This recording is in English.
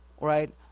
right